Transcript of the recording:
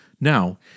Now